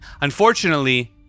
Unfortunately